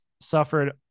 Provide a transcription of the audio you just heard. suffered